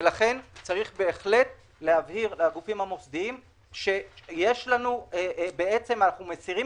צריך להבהיר לגופים המוסדיים שאנחנו מסירים